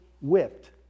whipped